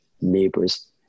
neighbors